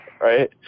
right